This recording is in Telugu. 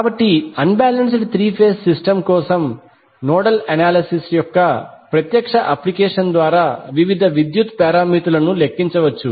కాబట్టి unbalanced three phase system కోసం నోడల్ అనాలిసిస్ యొక్క ప్రత్యక్ష అప్లికేషన్ ద్వారా వివిధ విద్యుత్ పారామితులు లెక్కించవచ్చు